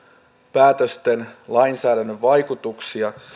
päätösten lainsäädännön vaikutuksia